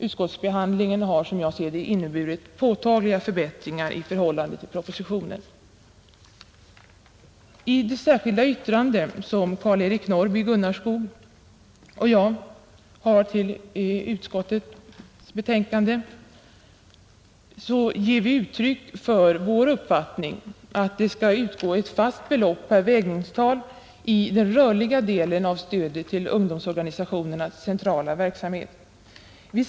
Utskottsbehandlingen har som jag ser det inneburit påtagliga förbättringar i förhållande till propositionen. I det särskilda yttrande Karl-Eric Norrby i Gunnarskog och jag avgivit ger vi uttryck för vår uppfattning att den rörliga delen av stödet till ungdomsorganisationernas centrala verksamhet skall fördelas med ett fast belopp per vägningstal.